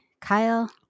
Kyle